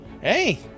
Hey